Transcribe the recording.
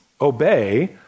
obey